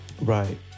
right